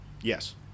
Yes